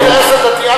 לא, זה אינטרס הדדי.